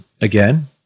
again